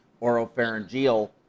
oropharyngeal